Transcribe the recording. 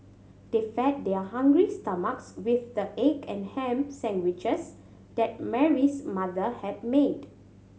they fed their hungry stomachs with the egg and ham sandwiches that Mary's mother had made